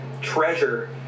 treasure